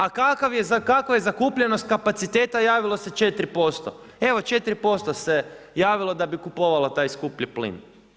A kakva je zakupljenost kapaciteta javilo se 4%, evo 4% se javilo da bi kupovalo taj skuplji plin.